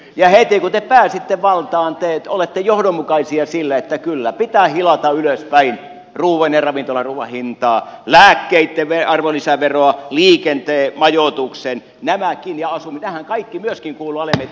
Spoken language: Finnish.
ja heti kun te pääsitte valtaan te olette johdonmukaisia siinä että kyllä pitää hilata ylöspäin ruuan ja ravintolaruuan hintaa lääkkeitten arvonlisäveroa liikenteen majoituksen ja asumisen nehän kaikki myöskin kuuluvat alennettuihin arvonlisäverokantoihin